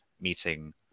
meeting